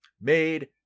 made